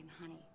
honey